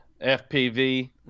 FPV